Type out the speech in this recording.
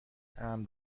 امن